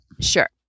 sure